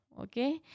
Okay